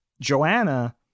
Joanna